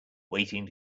waiting